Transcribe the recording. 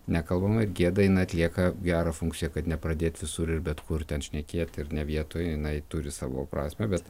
nekalbama ir gėda jin atlieka gerą funkciją kad nepradėt visur ir bet kur ten šnekėt ir ne vietoj jinai turi savo prasmę bet